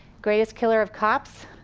greatest killer of cops,